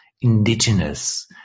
indigenous